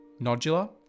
Nodular